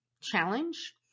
challenge